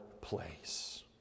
place